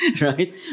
right